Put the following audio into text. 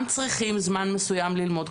גם צריכים זמן מסוים ללמוד.